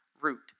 root